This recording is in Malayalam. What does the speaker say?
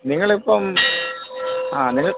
നിങ്ങളിപ്പം ആ നിങ്ങൾ